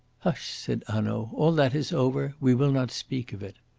hush! said hanaud all that is over we will not speak of it.